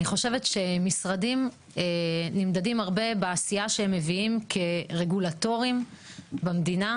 אני חושבת שמשרדים נמדדים הרבה בעשייה שהם מביאים כרגולטורים במדינה,